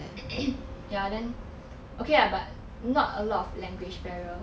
ya then okay lah but not a lot of language barrier